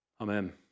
Amen